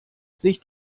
sich